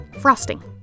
Frosting